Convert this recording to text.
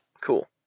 cool